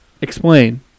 Explain